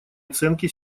оценки